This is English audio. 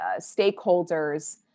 stakeholders